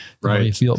Right